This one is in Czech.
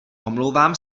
omlouvám